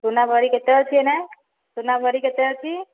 ସୁନା ଭରି କେତେ ଅଛି ଏହିନେ ସୁନା ଭରି କେତେ ଅଛି